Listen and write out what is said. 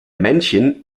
männchen